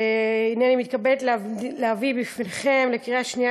הנני מתכבדת להביא בפניכם לקריאה שנייה